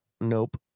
Nope